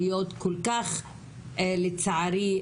לצערי,